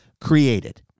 created